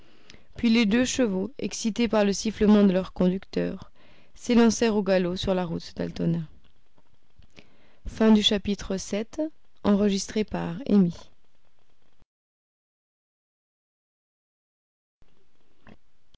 puis les deux chevaux excités par le sifflement de leur conducteur s'élancèrent au galop sur la route d'altona